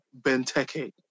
Benteke